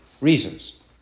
reasons